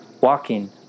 Walking